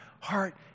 heart